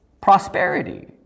prosperity